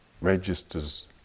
Registers